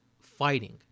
fighting